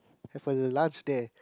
have a lunch there